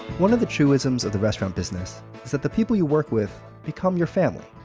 one of the truisms of the restaurant business is that the people you work with become your family.